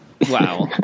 wow